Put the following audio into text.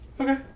okay